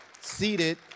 seated